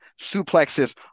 suplexes